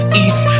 east